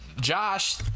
Josh